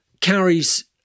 carries